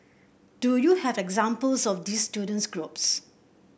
do you have examples of these student groups